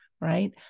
right